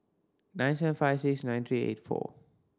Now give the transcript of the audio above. nine seven five six nine three eight four